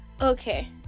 Okay